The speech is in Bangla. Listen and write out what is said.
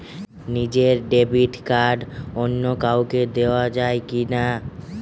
নিজের ডেবিট কার্ড অন্য কাউকে দেওয়া যায় কি না?